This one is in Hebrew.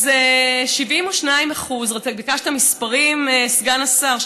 אז 72% ביקשת מספרים, סגן השר?